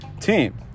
team